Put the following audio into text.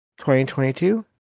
2022